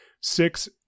six